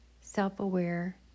self-aware